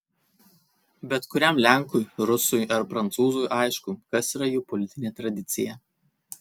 bet kuriam lenkui rusui ar prancūzui aišku kas yra jų politinė tradicija